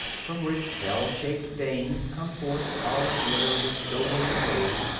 from which bell-shaped dames come forth, all a-glitter with silver and gold,